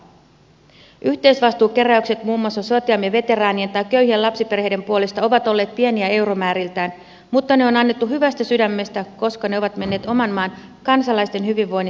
yhteisvastuukeräykset muun muassa sotiemme veteraanien tai köyhien lapsiperheiden puolesta ovat olleet pieniä euromääriltään mutta ne on annettu hyvästä sydämestä koska ne ovat menneet oman maan kansalaisten hyvinvoinnin takaamiseksi